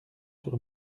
sur